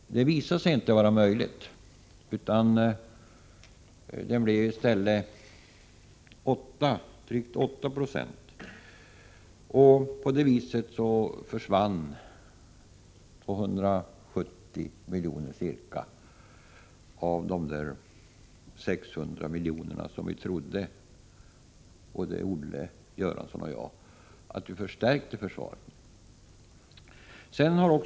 Det visade sig inte vara möjligt. Inflationen blev i stället drygt 8 20. På det viset försvann ca 270 av de 600 miljoner som både Olle Göransson och jag trodde skulle bli en förstärkning för försvaret.